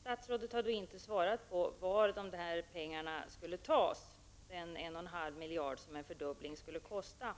Statsrådet har inte svarat på frågan varifrån dessa pengar skall tas, dvs. de 1,5 miljarder som en fördubbling skulle kosta.